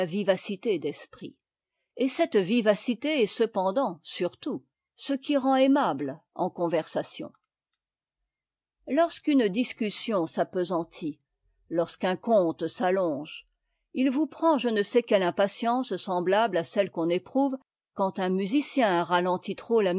vivacité d'esprit et cependant cette vivacité est surtout ce qui rend aimable en conversation lorsqu'une discussion s'appesantit lorsqu'un conte s'allonge il vous prend je ne sais quelle impatience semblable à celle qu'on éprouve quand un musicien ralentit trop